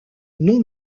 non